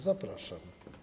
Zapraszam.